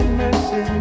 mercy